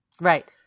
Right